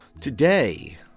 Today